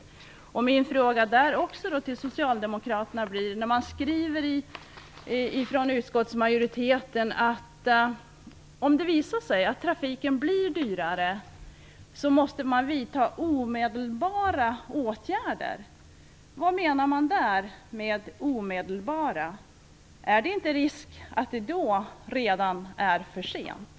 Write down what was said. Utskottsmajoriteten skriver i det sammanhanget att omedelbara åtgärder måste vidtas om det visar sig att trafiken blir dyrare. Vad menas med "omedelbara"? Är det inte risk att det då redan är för sent?